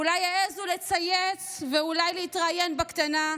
אולי יעזו לצייץ ואולי להתראיין בקטנה,